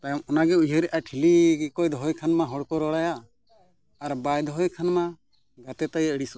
ᱛᱟᱭᱚᱢ ᱚᱱᱟᱜᱮ ᱩᱭᱦᱟᱹᱨᱮᱫᱼᱟ ᱴᱷᱤᱞᱤ ᱜᱮᱠᱚ ᱫᱷᱚᱭᱚ ᱠᱷᱟᱱᱢᱟ ᱦᱚᱲ ᱠᱚ ᱨᱚᱲᱮᱭᱟ ᱟᱨ ᱵᱟᱭ ᱫᱚᱦᱚᱭ ᱠᱷᱟᱱᱢᱟ ᱜᱟᱛᱮ ᱛᱟᱭᱮ ᱟᱹᱲᱤᱥᱚᱜᱼᱟ